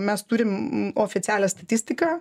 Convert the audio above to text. mes turim oficialią statistiką